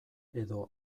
edo